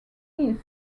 east